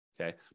Okay